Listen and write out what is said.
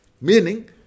Meaning